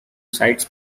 cites